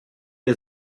der